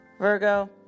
Virgo